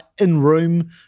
in-room